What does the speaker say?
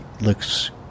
looks